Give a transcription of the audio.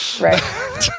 Right